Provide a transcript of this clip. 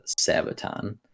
Sabaton